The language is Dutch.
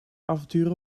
avonturen